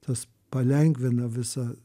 tas palengvina visą